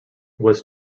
was